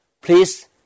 Please